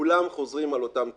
וכולם חוזרים על אותם טקסטים.